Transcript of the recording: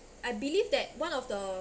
I believe that one of the